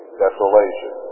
desolation